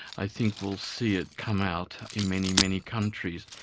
i think we'll see it come out in many many countries.